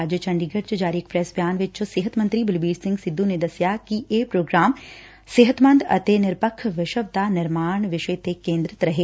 ਅੱਜ ਚੰਡੀਗੜ ਚ ਜਾਰੀ ਇੱਕ ਪ੍ਰੈਸ ਬਿਆਨ ਵਿੱਚ ਸਿਹਤ ਮੰਤਰੀ ਬਲਬੀਰ ਸਿੰਘ ਸਿੱਧੁ ਨੇ ਦੱਸਿਆ ਕਿ ਇਹ ਪ੍ਰੋਗਰਾਮ ਸਿਹਤੰਮਦ ਅਤੇ ਨਿਰਪੱਖ ਵਿਸ਼ਵ ਦਾ ਨਿਰਮਾਣ ਵਿਸ਼ੇ 'ਤੇ ਕੇ'ਦਰਤ ਰਹੇ